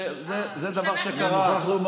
השאלה שנשאלה, את לא היית בכנסת.